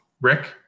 Rick